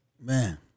Man